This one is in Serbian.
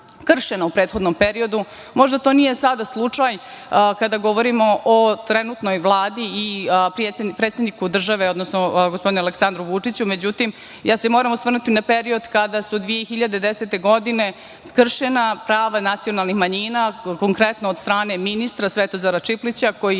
kršena u prethodnom periodu, možda to sada nije slučaj kada govorimo o trenutnoj Vladi i predsedniku države, odnosno gospodinu, Aleksandru Vučiću, međutim, ja se moram osvrnuti na period kada su 2010. godine kršena prava nacionalnih manjina, konkretno od strane ministra, Svetozara Čiplića koji